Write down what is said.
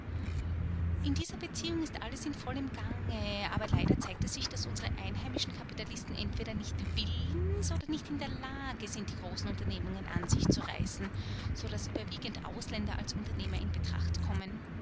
in dieser beziehung ist alles in vollem gange aber leider zeigt es sich daß unsere einheimischen kapitalisten entweder nicht willens oder nicht in der lage sind die großen unternehmungen an sich zu reißen so daß überwiegend ausländer als uebernehmer in betracht kommen